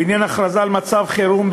לעניין הכרזה על מצב חירום,